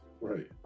right